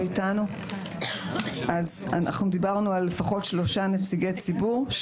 אנחנו דיברנו על לפחות שלושה נציגי ציבור,